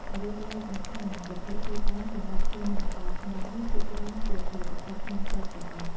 អ្វីដែលសំខាន់ វត្ថុធាតុដើមសម្រាប់ធ្វើនំអាកោត្នោតនេះ ភាគច្រើនជាផលិតផលក្នុងស្រុកទាំងអស់។